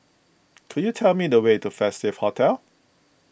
could you tell me the way to Festive Hotel